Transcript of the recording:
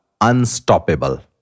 unstoppable